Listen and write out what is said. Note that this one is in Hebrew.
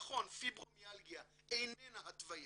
נכון, פיברומיאלגיה איננה התוויות.